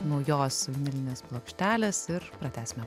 naujos vinilinės plokštelės ir pratęsime